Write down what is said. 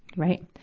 right.